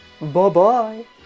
Bye-bye